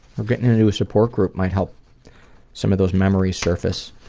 getting into a support group might help some of those memories surface.